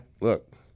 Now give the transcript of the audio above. look